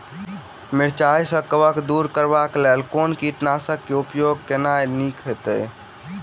मिरचाई सँ कवक दूर करबाक लेल केँ कीटनासक केँ उपयोग केनाइ नीक होइत?